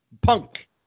punk